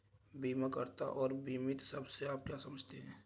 बीमाकर्ता और बीमित शब्द से आप क्या समझते हैं?